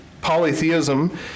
polytheism